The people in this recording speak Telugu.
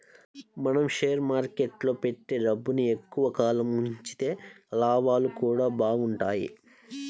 మనం షేర్ మార్కెట్టులో పెట్టే డబ్బుని ఎక్కువ కాలం ఉంచితే లాభాలు గూడా బాగుంటయ్